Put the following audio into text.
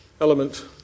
element